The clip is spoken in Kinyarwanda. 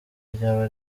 ryaba